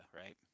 right